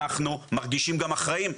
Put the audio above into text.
אנחנו מרגישים גם אחראים.